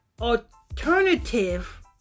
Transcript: alternative